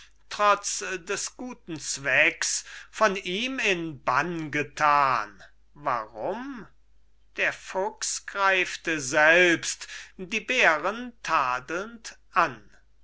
trotz des guten zwecks von ihm in bann getan warum der fuchs greift selbst die bäre tadelnd an